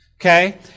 okay